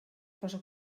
posa